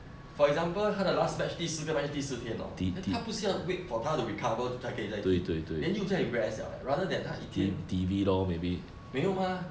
for example 他的 last match 第四个 match 第四天 hor 他不是要 wait for 他的 recover 才可以去踢 then 又在 rest liao leh rather then 他一天没有吗